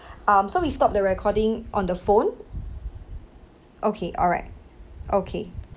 um so we stop the recording on the phone okay alright okay